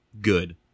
good